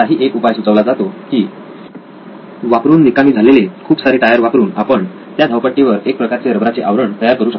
असाही एक उपाय सुचवला जातो की वापरून निकामी झालेले खूप सारे टायर वापरून आपण त्या धावपट्टीवर एक प्रकारचे रबराचे आवरण तयार करूया